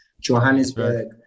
Johannesburg